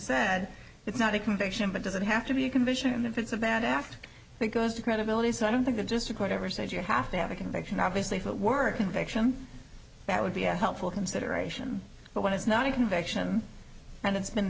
said it's not a conviction but doesn't have to be a conviction and if it's a bad after i think goes to credibility so i don't think i'm just quite ever since you have to have a conviction obviously if it were conviction that would be a helpful consideration but when it's not a conviction and it's been